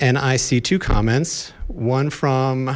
and i see two comments one from